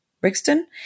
Brixton